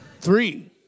Three